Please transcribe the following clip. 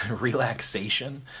relaxation